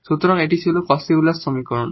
সুতরাং এখন এটি হল Cauchy Euler সমীকরণ